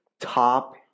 top